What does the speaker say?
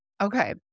Okay